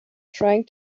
trying